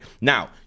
Now